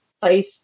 place